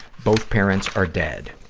both parents are dead.